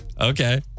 okay